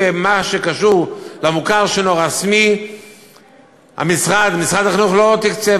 ומה שקשור למוכר שאינו רשמי משרד החינוך לא תקצב.